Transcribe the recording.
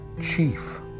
Chief